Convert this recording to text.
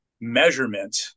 measurement